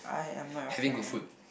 having good food